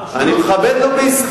אני מכבד לוביסטים.